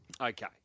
Okay